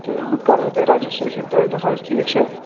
تہٕ بہٕ کَرہو تۄہہِ رجسٹرٛیشَن تیٚلہِ تہِ حظ ٹھیٖک چھا